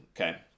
okay